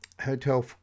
Hotel